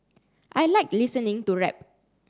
I like listening to rap